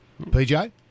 PJ